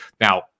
Now